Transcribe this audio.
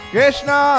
Krishna